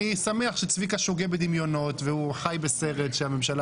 אני שמח שצביקה שוגה בדמיונות והוא חי בסרט שממשלה